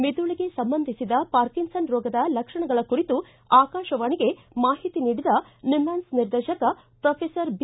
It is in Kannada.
ಮಿದುಳಿಗೆ ಸಂಬಂಧಿಸಿದ ಪಾರ್ಕಿನ್ಸನ್ನ್ ರೋಗದ ಲಕ್ಷಣಗಳ ಕುರಿತು ಆಕಾಶವಾಣಿಗೆ ಮಾಹಿತಿ ನೀಡಿದ ನಿಮ್ಹಾನ್ಸ್ ನಿರ್ದೇಶಕ ಪ್ರೋಫೆಸರ್ ಬಿ